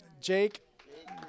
Jake